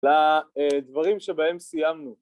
לדברים שבהם סיימנו